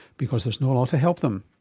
because there is no law to help them.